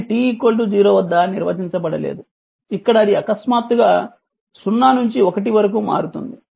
కానీ t 0 వద్ద నిర్వచించబడలేదు ఇక్కడ అది అకస్మాత్తుగా 0 నుంచి 1 వరకు మారుతుంది